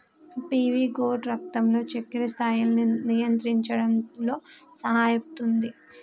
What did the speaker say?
PV gourd రక్తంలో చక్కెర స్థాయిలను నియంత్రించడంలో సహాయపుతుంది